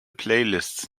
playlists